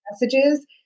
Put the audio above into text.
messages